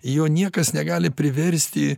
jo niekas negali priversti